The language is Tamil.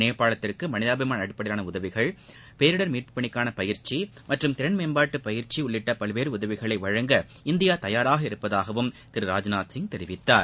நேபாளத்திற்கு மனிதாபிமான அடிப்படையிலான உதவிகள் பேரிடர் மீட்பு பணிக்கான பயிற்சி மற்றும் திறன் மேம்பாட்டு பயிற்சி உள்ளிட்ட பல்வேறு உதவிகளை இந்தியா தயாராக இருப்பதாக திரு ராஜ்நாத் சிங் தெரிவித்தார்